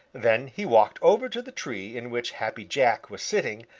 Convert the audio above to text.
then he walked over to the tree in which happy jack was sitting,